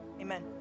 Amen